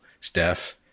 Steph